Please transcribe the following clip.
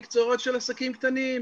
מקצועות של עסקים קטנים,